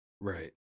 Right